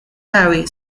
harry